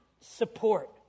support